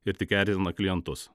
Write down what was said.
ir tik erzina klientus